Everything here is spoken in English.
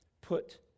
put